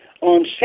on